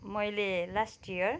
मैले last year